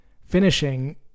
Finishing